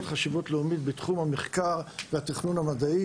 חשיבות לאומית בתחום המחקר והתכנון המדעי.